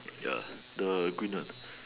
ya the green one